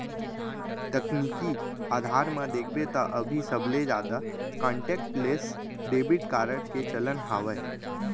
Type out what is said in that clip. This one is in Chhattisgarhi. तकनीकी अधार म देखबे त अभी सबले जादा कांटेक्टलेस डेबिड कारड के चलन हावय